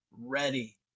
ready